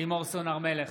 לימור סון הר מלך,